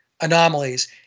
anomalies